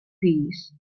pis